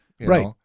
Right